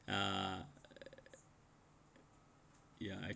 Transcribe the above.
uh ya